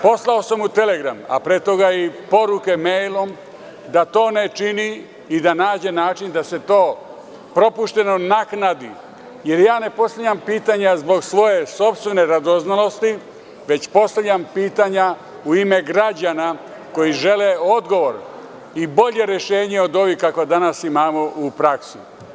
Poslao sam mu telegram, a pre toga i poruke mejlom da to ne čini i da nađe način da se to propušteno naknadi, jer ja ne postavljam pitanja zbog svoje sopstvene radoznalosti, već postavljam pitanja u ime građana koji žele odgovor i bolja rešenja od ovih koje danas imamo u praksi.